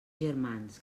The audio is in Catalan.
germans